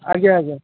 ଆଜ୍ଞା ଆଜ୍ଞା